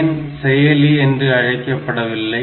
ஏன் செயலி என்று அழைக்கப்படவில்லை